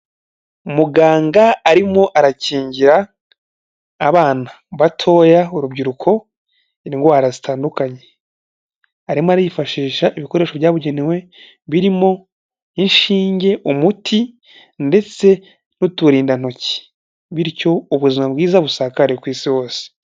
Muganga arimo arakingira abana batoya, urubyiruko indwara zitandukanye, arimo arifashisha ibikoresho byabugenewe birimo inshinge, umuti ndetse n'uturindantoki bityo ubuzima bwiza busakare ku isi hose.